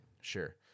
Sure